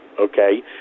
okay